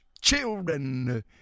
children